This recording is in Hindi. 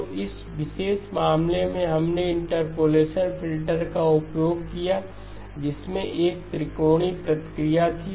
तो इस विशेष मामले में हमने इंटरपोलेशन फ़िल्टर का उपयोग किया जिसमें एक त्रिकोणीय प्रतिक्रिया थी